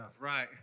right